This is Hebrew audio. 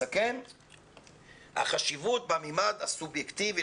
החשיבות במימד הסובייקטיבי,